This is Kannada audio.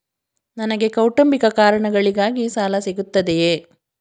ನನಗೆ ಕೌಟುಂಬಿಕ ಕಾರಣಗಳಿಗಾಗಿ ಸಾಲ ಸಿಗುತ್ತದೆಯೇ?